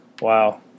Wow